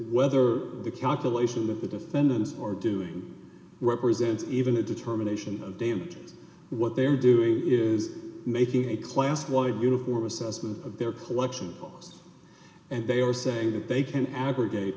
whether the calculation that the defendant or doing represents even a determination of day and what they're doing is making a class quite uniform assessment of their collection books and they are saying that they can abrogate